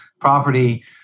property